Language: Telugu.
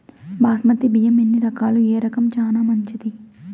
బాస్మతి బియ్యం ఎన్ని రకాలు, ఏ రకం చానా మంచిది?